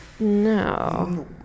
No